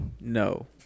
No